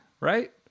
Right